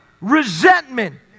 resentment